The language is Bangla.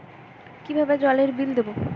কিভাবে জলের বিল দেবো?